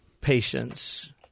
patience